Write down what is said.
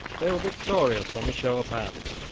they were victorious on the show of hands,